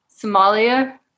Somalia